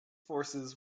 forces